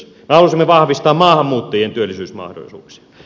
me halusimme vahvistaa maahanmuuttajien työllisyysmahdollisuuksia